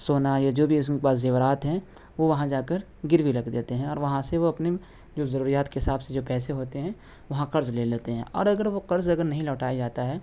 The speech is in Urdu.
سونا یا جو بھی اس میں پاس زیورات ہیں وہ وہاں جا کر گروی رکھ دیتے ہیں اور وہاں سے وہ اپنم جو ضروریات کے حساب سے جو پیسے ہوتے ہیں وہاں قرض لے لیتے ہیں اور اگر وہ قرض اگر نہیں لوٹایا جاتا ہے